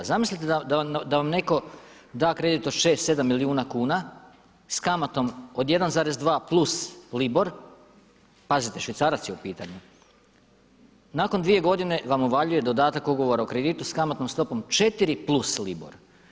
Zamislite da vam netko da kredit od 6, 7 milijuna kuna s kamatom od 1,2 + LIBOR, pazite švicarac je u pitanju, nakon 2 godine vam uvaljuje dodatak ugovora o kreditu s kamatnom stopom 4 + LIBOR.